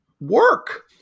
work